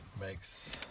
makes